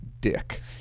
dick